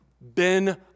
Ben